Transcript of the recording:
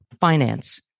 finance